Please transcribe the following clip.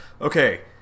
okay